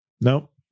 Nope